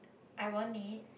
I won't need